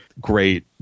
great